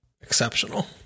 exceptional